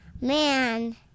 man